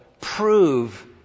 prove